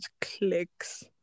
clicks